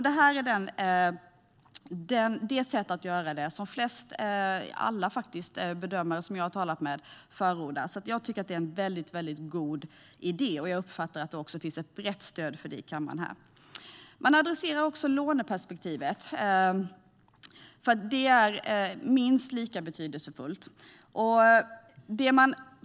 Det här sättet har alla som jag har talat med förordat, så jag tycker att det är en väldigt god idé. Jag uppfattar också att det finns ett brett stöd för det här i kammaren. Man adresserar också låneperspektivet. Det är minst lika betydelsefullt.